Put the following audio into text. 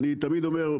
אני תמיד אומר,